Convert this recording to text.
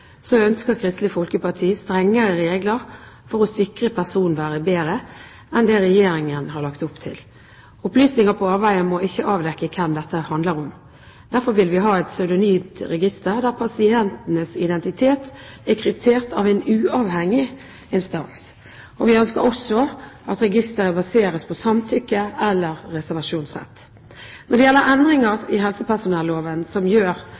ønsker Kristelig Folkeparti strengere regler for å sikre personvernet bedre enn det Regjeringen har lagt opp til. Opplysninger på avveier må ikke avdekke hvem dette handler om. Derfor vil vi ha et pseudonymt register der pasientenes identitet er kryptert av en uavhengig instans, og vi ønsker også at registeret baseres på samtykke eller reservasjonsrett. Når det gjelder endringer i helsepersonelloven som gjør